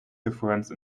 difference